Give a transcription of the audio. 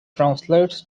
translates